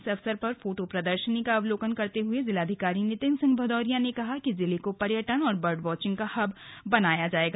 इस अवसर पर फोटो प्रर्दशनी का अवलोकन करते हुए जिलाधिकारी नितिन सिंह भदौरिया ने कहा कि जिले को पर्यटन और बर्ड वॉचिंग का हब बनाया जायेगा